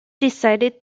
decided